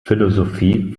philosophie